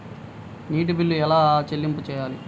నీటి బిల్లు ఎలా చెల్లింపు చేయాలి?